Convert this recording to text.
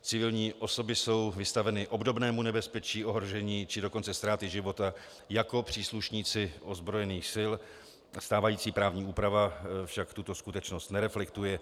Civilní osoby jsou vystaveny obdobnému nebezpečí ohrožení, či dokonce ztráty života jako příslušníci ozbrojených sil a stávající právní úprava však tuto skutečnost nereflektuje.